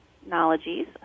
technologies